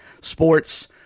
sports